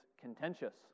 contentious